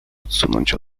odsunąć